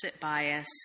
bias